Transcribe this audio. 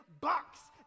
box